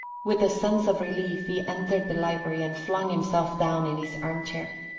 with a sense of relief he entered the library and flung himself down in his armchair.